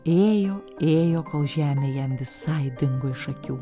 ėjo ėjo kol žemė jam visai dingo iš akių